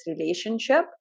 relationship